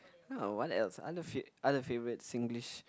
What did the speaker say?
uh what else other other favorite Singlish